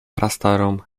prastarą